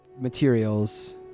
materials